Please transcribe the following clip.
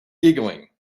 giggling